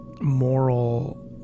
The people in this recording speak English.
moral